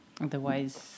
otherwise